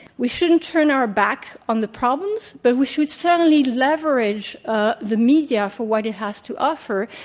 we shouldn't turn our backs on the problems, but we should certainly leverage ah the media for what it has to offer,